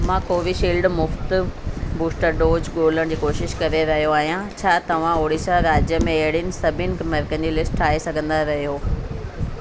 मां कोवीशील्ड मुफ़्ति booster dose ॻोल्हण जी कोशिश करे रहियो आहियां छा तव्हां ओड़ीसा राज्य में अहिड़नि सभिनी मर्कज़नि जी लिस्ट ठाहे सघंदा रहियो